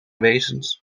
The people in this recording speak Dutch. wezens